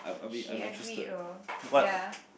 she agreed lor ya